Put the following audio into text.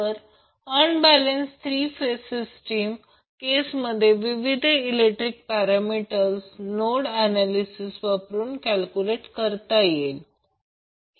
तर अनबॅलेन्स तीन phase system केसमध्ये विविध इलेक्ट्रिकल पॅरामीटर नोड ऍनॅलिसिस वापरून कॅल्क्युलेट करता येईल